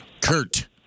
Kurt